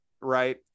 right